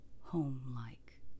home-like